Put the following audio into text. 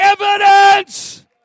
evidence